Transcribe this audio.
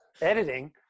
Editing